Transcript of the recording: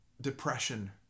depression